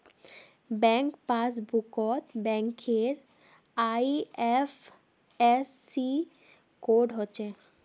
bank पासबुकत बैंकेर IFSC code हछे